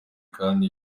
kandi